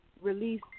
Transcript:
release